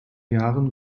jahren